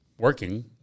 working